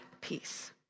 peace